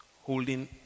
holding